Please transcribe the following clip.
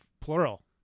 Plural